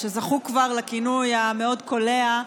שזכו כבר לכינוי המאוד-קולע: